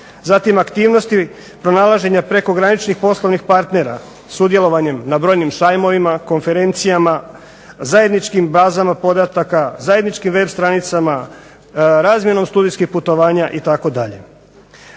zatim aktivnosti pronalaženja prekograničnih poslovnih partnera, sudjelovanjem na brojnim sajmovima, konferencijama, zajedničkim bazama podataka, zajedničkim web stranicama, razmjenom studijski putovanja itd.